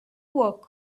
work